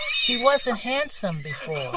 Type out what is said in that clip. he wasn't handsome before